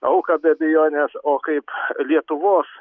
auką be abejonės o kaip lietuvos